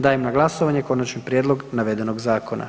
Dajem na glasovanje konačni prijedlog navedenog zakona.